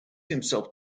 himself